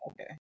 okay